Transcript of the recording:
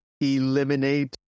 eliminate